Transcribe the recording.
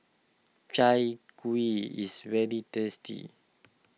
Chai Kueh is very tasty